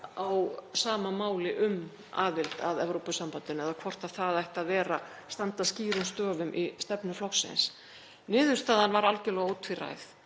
á sama máli um aðild að Evrópusambandinu eða hvort það ætti að standa skýrum stöfum í stefnu flokksins. Niðurstaðan var algjörlega ótvíræð